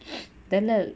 then ah